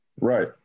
Right